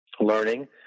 learning